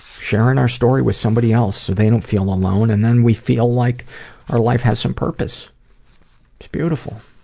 sharing our story with somebody else so they don't feel alone and then we feel like our life has some purpose. it's beautiful.